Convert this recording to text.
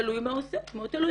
תלוי מה הוא עושה, מאוד תלוי.